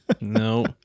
No